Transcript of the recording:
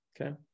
Okay